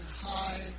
high